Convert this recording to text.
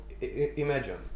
Imagine